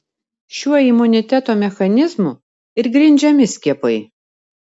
šiuo imuniteto mechanizmu ir grindžiami skiepai